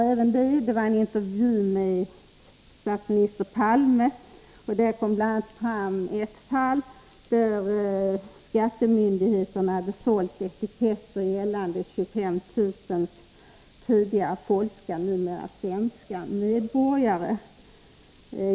Där fanns en intervju med statsminister Palme, och det kom bl.a. fram att skattemyndigheterna i ett fall hade sålt adressetiketter gällande 25 000 tidigare polska, numera svenska medborgare.